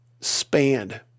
spanned